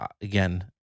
Again